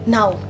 Now